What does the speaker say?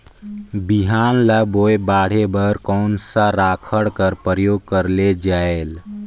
बिहान ल बोये बाढे बर कोन सा राखड कर प्रयोग करले जायेल?